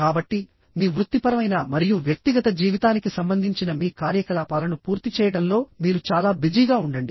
కాబట్టి మీ వృత్తిపరమైన మరియు వ్యక్తిగత జీవితానికి సంబంధించిన మీ కార్యకలాపాలను పూర్తి చేయడంలో మీరు చాలా బిజీగా ఉండండి